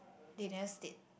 they never state